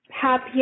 happy